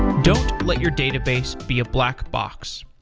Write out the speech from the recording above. don't let your database be a black box.